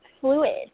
fluid